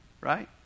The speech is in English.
right